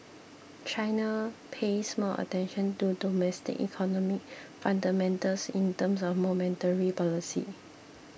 China pays more attention to domestic economy fundamentals in terms of monetary policy